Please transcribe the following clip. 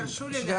תרשו לי לעדכן.